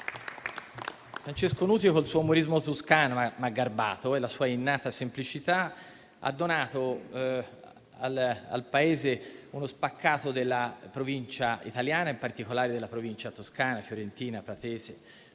Francesco Nuti col suo umorismo toscano, ma garbato, e la sua innata semplicità ha donato al Paese uno spaccato della provincia italiana, in particolare della provincia toscana, fiorentina, pratese,